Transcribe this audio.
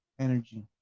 energy